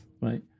right